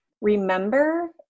remember